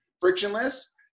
frictionless